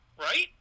Right